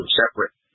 separate